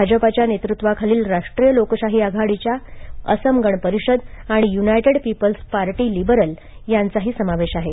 भाजपाच्या नेतृत्वाखालील राष्ट्रीय लोकशाही आघाडीमध्ये असम गण परिषद आणि यूनायटेड पीपल्स पार्टी लिबरल यांचाही समावेश आहे